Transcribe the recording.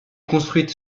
construite